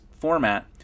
format